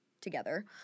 together